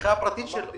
לצריכה הפרטית שלו.